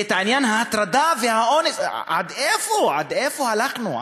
זה עניין ההטרדה והאונס, עד איפה, עד איפה הלכנו?